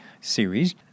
series